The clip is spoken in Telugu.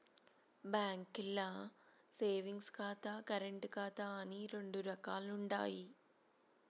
బాంకీల్ల సేవింగ్స్ ఖాతా, కరెంటు ఖాతా అని రెండు రకాలుండాయి